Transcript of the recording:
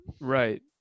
right